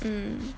mm